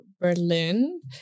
berlin